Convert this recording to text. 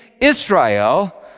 Israel